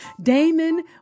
Damon